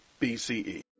BCE